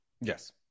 Yes